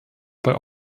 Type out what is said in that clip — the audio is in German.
bei